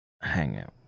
hangout